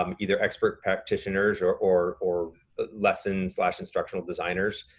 um either expert practitioners or, or or lesson slash instructional designers.